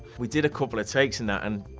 we did a couple of takes and that, and